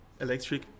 electric